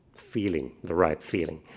feeling, the right feeling.